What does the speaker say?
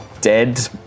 dead